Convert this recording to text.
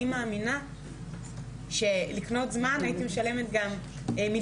אני מאמינה שכדי לקנות זמן הייתי משלמת גם מיליון,